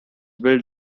built